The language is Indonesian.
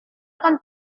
akan